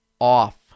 off